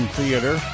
theater